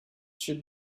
should